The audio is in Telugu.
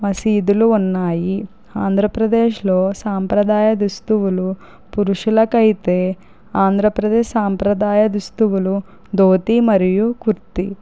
మసీదులు ఉన్నాయి ఆంధ్రప్రదేశ్లో సాంప్రదాయ దుస్తులు పురుషులకైతే ఆంధ్రప్రదేశ్ సాంప్రదాయ దుస్తులు దోతీ మరియు కుర్తి